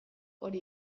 hori